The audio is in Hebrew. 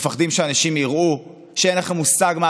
מפחדים שאנשים יראו שאין לכם מושג מה